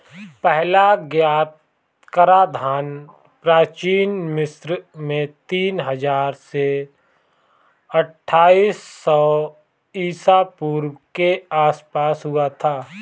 पहला ज्ञात कराधान प्राचीन मिस्र में तीन हजार से अट्ठाईस सौ ईसा पूर्व के आसपास हुआ था